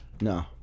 No